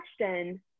question